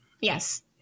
Yes